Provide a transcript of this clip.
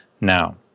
Now